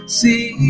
see